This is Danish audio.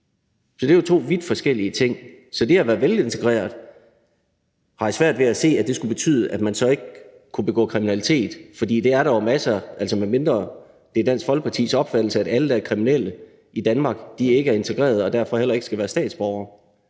Det er jo to vidt forskellige ting, så det at være velintegreret har jeg svært ved at se skulle betyde, at man så ikke kunne begå kriminalitet. For det er der jo masser af eksempler på, medmindre det er Dansk Folkepartis opfattelse, at alle, der er kriminelle i Danmark, ikke er integrerede og derfor heller ikke skal være statsborgere.